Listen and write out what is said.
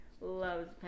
loves